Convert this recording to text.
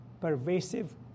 pervasive